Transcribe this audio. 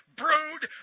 brood